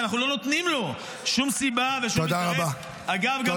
ואנחנו לא נותנים לו שום סיבה ושום אינטרס.